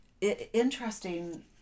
interesting